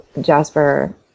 Jasper